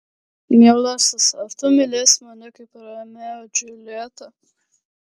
mielasis ar tu mylėsi mane kaip romeo džiuljetą